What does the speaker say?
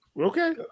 Okay